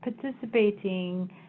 participating